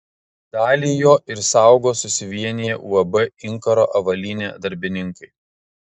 dalį jo ir saugo susivieniję uab inkaro avalynė darbininkai